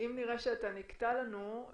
שאנחנו נראה את האפקט שלהם כבר בחודשים הקרובים.